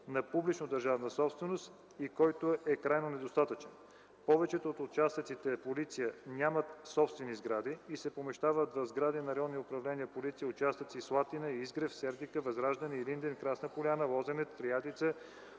на публична държавна собственост и който е крайно недостатъчен. Повечето от участъците „Полиция” нямат собствени сгради и се помещават в сгради на районни управления „Полиция” в участъци „Слатина”, „Изгрев”, „Сердика”, „Възраждане”, „Илинден”, „Красна поляна”, „Лозенец”, „Триадица”,